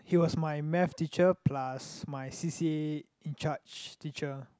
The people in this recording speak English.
he was my maths teacher plus my c_c_a in charge teacher